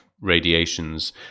radiations